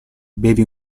bevi